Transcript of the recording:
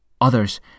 Others